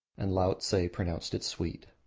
and laotse pronounced it sweet.